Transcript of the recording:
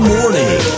Morning